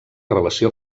relació